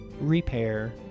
repair